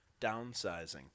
Downsizing